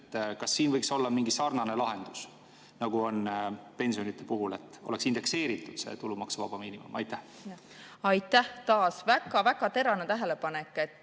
Kas siin võiks olla mingi sarnane lahendus, nagu on pensionide puhul, et oleks indekseeritud see tulumaksuvaba miinimum? Aitäh! Taas väga-väga terane tähelepanek.